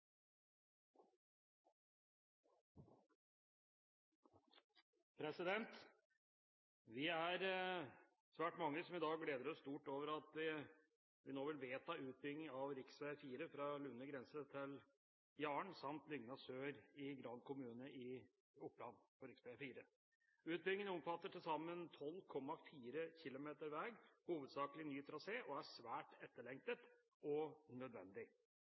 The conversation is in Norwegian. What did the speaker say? Vi er svært mange som i dag gleder oss stort over at vi nå vil vedta utbygging av rv. 4 fra Lunner grense til Jaren, samt Lygna sør i Gran kommune i Oppland. Utbyggingene omfatter til sammen 12,4 km veg, hovedsakelig i ny trasé, og er svært etterlengtet – og nødvendig.